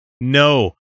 No